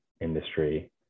industry